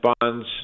bonds